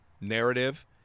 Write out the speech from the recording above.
narrative